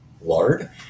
lard